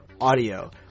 audio